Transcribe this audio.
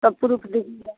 तब प्रूफ लगेगा